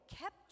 kept